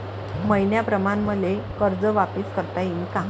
मईन्याप्रमाणं मले कर्ज वापिस करता येईन का?